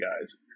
guys